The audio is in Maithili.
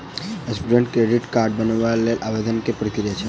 स्टूडेंट क्रेडिट कार्ड बनेबाक लेल आवेदन केँ की प्रक्रिया छै?